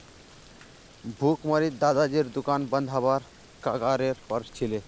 भुखमरीत दादाजीर दुकान बंद हबार कगारेर पर छिले